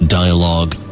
dialogue